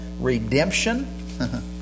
redemption